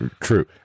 true